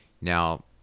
now